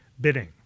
bidding